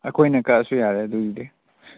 ꯑꯩꯈꯣꯏꯅ ꯀꯛꯂꯁꯨ ꯌꯥꯔꯦ ꯑꯗꯨꯒꯤꯗꯤ